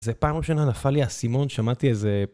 זה פעם ראשונה נפל לי האסימון, שמעתי איזה...